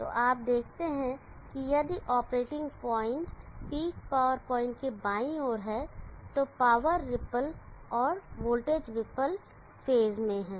तो आप देखते हैं कि यदि operating point peak power point के बाईं ओर है तो पावर रिपल और वोल्टेज रिपल फेज में हैं